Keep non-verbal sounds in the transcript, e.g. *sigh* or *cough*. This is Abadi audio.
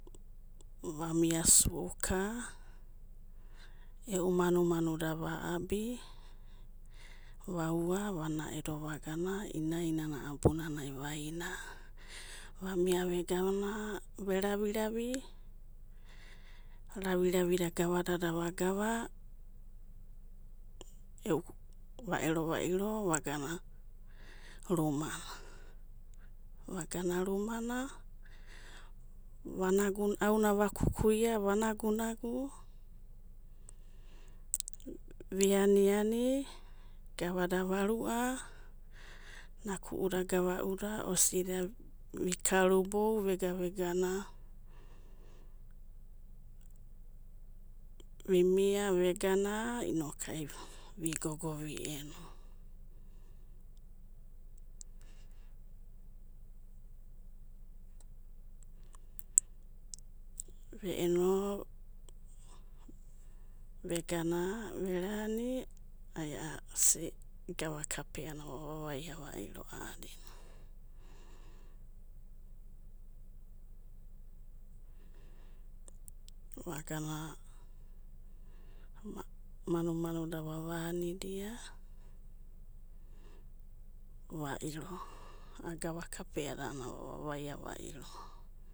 Vamia su'uka, e'u manu'manuda va'abi. va/ua vanaedo vagana ina'inana bunanai va'ina, vamia vega ve'ravi'ravi, raviravida gavadada vagava e'u, va'ero vairo vagana rumana, vagana rumana, vanagu, aunava ku'uia va'nagu'nagu viani'ani gavada varu'a, *unintelligible* vimia vegana inokuai vigogo vieno, vi'eno vegana rani ai a'a gava kapeara, vavavai vairo a'adina, vagana manu'manuda vava'anidia vai'iro, a'a gava kapeana vavavaia vairo.